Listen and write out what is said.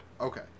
Okay